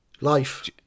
Life